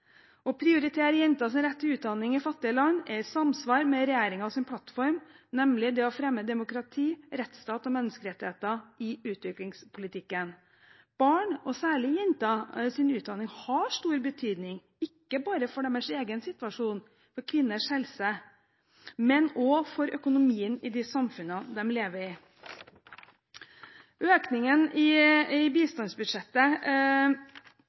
Å prioritere jenters rett til utdanning i fattige land er i samsvar med regjeringens plattform, nemlig det å fremme demokrati, rettsstat og menneskerettigheter i utviklingspolitikken. Barns, og særlig jenters, utdanning har stor betydning, ikke bare for deres egen situasjon, for kvinners helse, men også for økonomien i de samfunnene de lever i. Økningen i bistandsbudsjettet for 2014 viser i